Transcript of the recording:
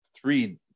three